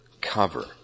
cover